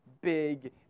big